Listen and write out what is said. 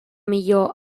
millor